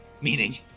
Meaning